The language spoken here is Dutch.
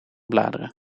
bladeren